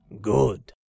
Good